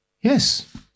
Yes